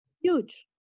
Huge